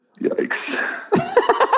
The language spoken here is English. Yikes